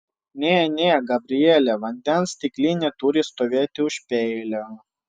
ne ne gabriele vandens stiklinė turi stovėti už peilio